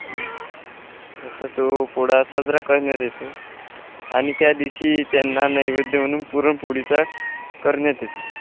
असा तो पोळा साजरा करण्यात येतो आणि त्या दिवशी त्यांना नैवेद्य म्हणून पुरणपोळीचा करण्यात येते